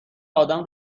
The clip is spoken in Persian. آدم